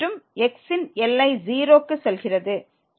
மற்றும் x இன் எல்லை 0 க்கு செல்கிறது